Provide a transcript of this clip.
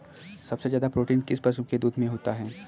सबसे ज्यादा प्रोटीन किस पशु के दूध में होता है?